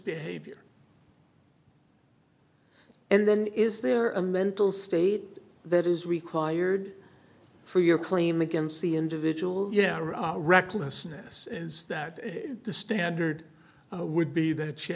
behavior and then is there a mental state that is required for your claim against the individual recklessness is that the standard would be that she